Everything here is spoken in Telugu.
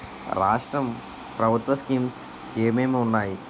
రాష్ట్రం ప్రభుత్వ స్కీమ్స్ ఎం ఎం ఉన్నాయి?